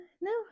No